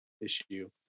issue